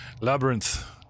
Labyrinth